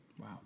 Wow